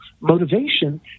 motivation